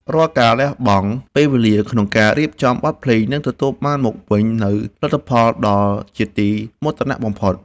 រាល់ការលះបង់ពេលវេលាក្នុងការរៀបចំបទភ្លេងនឹងទទួលបានមកវិញនូវលទ្ធផលដ៏ជាទីមោទនៈបំផុត។